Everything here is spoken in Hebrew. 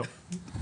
לא.